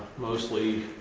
mostly